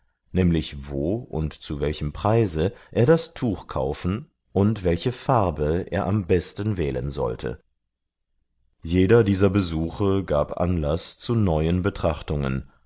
nämlich wo und zu welchem preise er das tuch kaufen und welche farbe er am besten wählen sollte jeder dieser besuche gab anlaß zu neuen betrachtungen